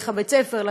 דרך בית-הספר,